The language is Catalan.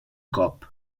cop